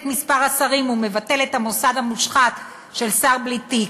מספר השרים ומבטל את המוסד המושחת של שר בלי תיק,